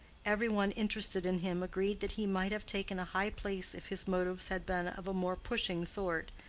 every one interested in him agreed that he might have taken a high place if his motives had been of a more pushing sort,